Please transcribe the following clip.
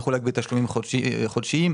הוא מחולק בתשלומים חודשיים.